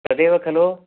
तदेव खलु